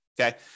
Okay